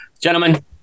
Gentlemen